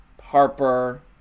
Harper